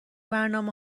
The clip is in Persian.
برنامه